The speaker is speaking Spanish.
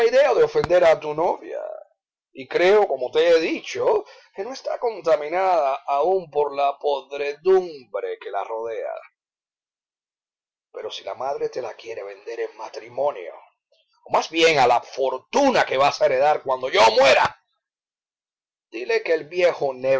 idea de ofender a tu novia y creo como te he dicho que no está contaminada aún por la podredumbre que la rodea pero si la madre te la quiere vender en matrimonio o más bien a la fortuna que vas a heredar cuando yo muera díle que el viejo